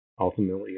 Ultimately